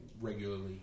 regularly